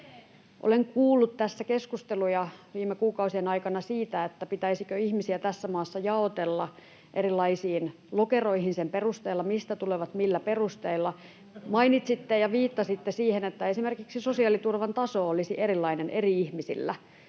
Olen kuullut tässä viime kuukausien aikana keskusteluja siitä, pitäisikö ihmisiä tässä maassa jaotella erilaisiin lokeroihin sen perusteella, mistä tulevat, millä perusteilla. Mainitsitte ja viittasitte siihen, että esimerkiksi sosiaaliturvan taso olisi erilainen eri ihmisillä.